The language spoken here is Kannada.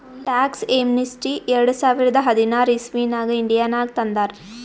ಟ್ಯಾಕ್ಸ್ ಯೇಮ್ನಿಸ್ಟಿ ಎರಡ ಸಾವಿರದ ಹದಿನಾರ್ ಇಸವಿನಾಗ್ ಇಂಡಿಯಾನಾಗ್ ತಂದಾರ್